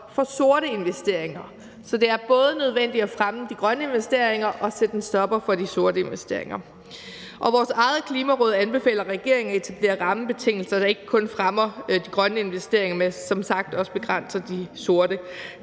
for sorte investeringer. Så det er både nødvendigt at fremme de grønne investeringer og sætte en stopper for de sorte investeringer. Vores eget Klimaråd anbefaler regeringen at etablere rammebetingelser, der ikke kun fremmer de grønne investeringer, men som sagt også begrænser de sorte.